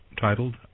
titled